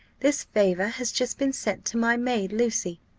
this favour has just been sent to my maid. lucy,